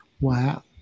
Wow